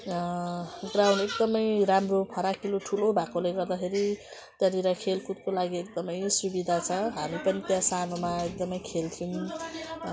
ground एकदमै राम्रो फराकिलो ठुलो भएकोले गर्दाखेरि त्यहाँनिर खेलकुदको लागि एकदमै सुविधा छ हामी पनि त्यहाँ सानोमा एकदमै खेल्थ्यौँ